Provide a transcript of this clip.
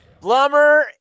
Blummer